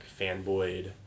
fanboyed